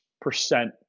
percent